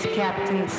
captain